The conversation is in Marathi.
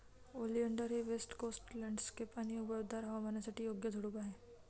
ओलिंडर हे वेस्ट कोस्ट लँडस्केप आणि उबदार हवामानासाठी योग्य झुडूप आहे